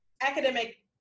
academic